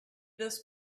this